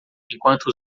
enquanto